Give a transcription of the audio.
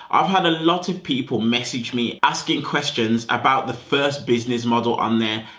i've had a lot of people message me asking questions about the first business model on there.